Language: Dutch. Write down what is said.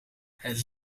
het